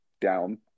down